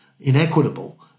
inequitable